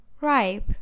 ripe